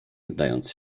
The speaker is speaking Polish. oddając